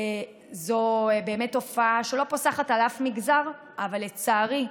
זו באמת תופעה שלא פוסחת על אף מגזר, אבל לצערי,